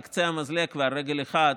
על קצה המזלג ועל רגל אחת,